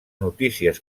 notícies